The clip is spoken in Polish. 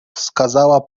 wskazała